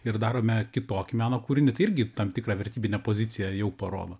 ir darome kitokį meno kūrinį tai irgi tam tikrą vertybinę poziciją jau parodo